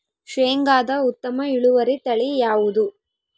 ಶೇಂಗಾದ ಉತ್ತಮ ಇಳುವರಿ ತಳಿ ಯಾವುದು?